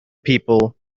people